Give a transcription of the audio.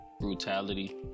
brutality